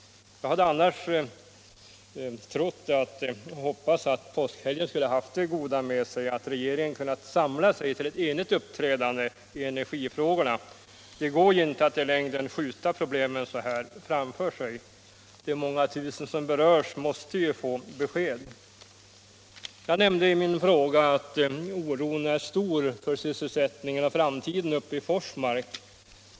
Jag hade annars trott och hoppats att påskhelgen skulle ha haft det goda med sig att regeringen kunnat samla sig till ett enigt uppträdande i energifrågorna. Det går inte att i längden skjuta problemen framför sig så här. De många tusen som berörs måste få besked. Jag nämnde i min fråga att oron är stor för sysselsättningen och framtiden uppe i Forsmark.